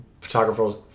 photographers